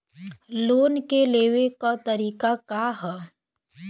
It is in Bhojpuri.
लोन के लेवे क तरीका का ह?